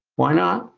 why not?